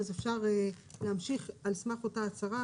אז אפשר להמשיך על סמך אותה הצהרה